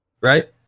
right